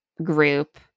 group